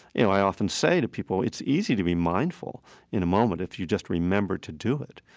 you know, i often say to people it's easy to be mindful in a moment if you just remember to do it.